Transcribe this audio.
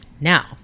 now